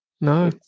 no